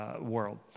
world